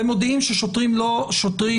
אתם מודיעים ששוטרים לא יסתובבו?